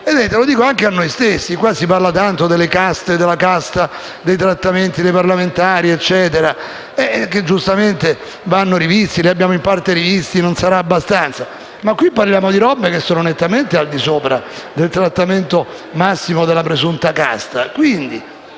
generoso. Lo dico anche a noi stessi. Qui si parla tanto delle caste, della casta, dei trattamenti dei parlamentari e quant'altro che giustamente vanno rivisti, in parte sono già stati rivisti e forse non sarà abbastanza, ma qui parliamo di cifre che sono letteralmente al di sopra del trattamento massimo della presunta casta.